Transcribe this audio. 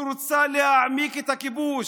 שרוצה להעמיק את הכיבוש,